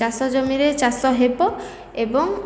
ଚାଷ ଜମିରେ ଚାଷ ହେବ ଏବଂ